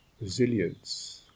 resilience